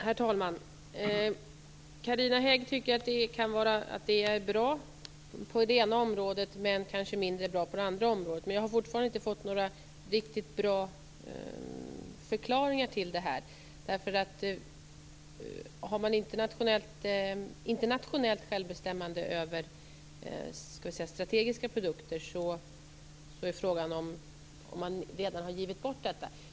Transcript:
Herr talman! Carina Hägg tycker att det är bra på det ena området men kanske mindre bra på det andra området. Men jag har fortfarande inte fått några riktigt bra förklaringar till detta. Om man inte har nationellt självbestämmande över strategiska produkter så är frågan om man redan har gett bort detta.